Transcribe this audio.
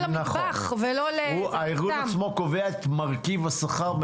למטבח ולא --- הארגון עצמו קובע את מרכיב השכר,